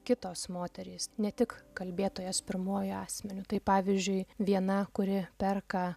kitos moterys ne tik kalbėtojas pirmuoju asmeniu tai pavyzdžiui viena kuri perka